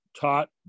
taught